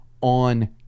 on